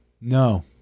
No